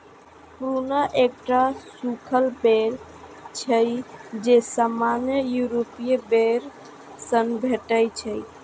prune एकटा सूखल बेर छियै, जे सामान्यतः यूरोपीय बेर सं भेटै छै